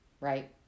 right